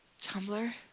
Tumblr